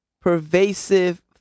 pervasive